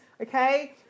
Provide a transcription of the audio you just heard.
okay